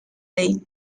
ley